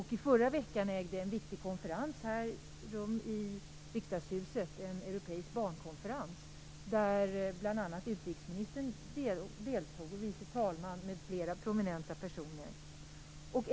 I förra veckan ägde en viktig konferens rum här i Riksdagshuset, en europeisk barnkonferens, där utrikesministern och andre vice talmannen m.fl. prominenta personer deltog.